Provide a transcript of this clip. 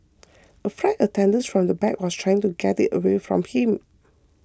a flight attendant from the back was trying to get it away from him